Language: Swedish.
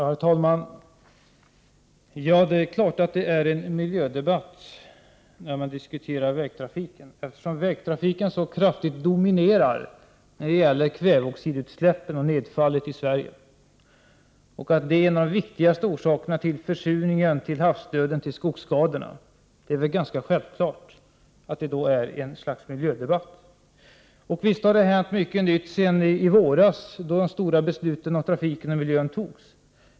Herr talman! Det är klart att det blir en miljödebatt när man diskuterar vägtrafiken, eftersom vägtrafiken så kraftigt dominerar när det gäller kväveoxidutsläppen och nedfallet i Sverige. Vägtrafiken är en av de viktigaste orsakerna till försurningen, havsdöden och skogsskadorna. Då är det väl självklart att det blir ett slags miljödebatt. Visst har det hänt mycket sedan i våras, då de stora besluten om trafiken och miljön fattades.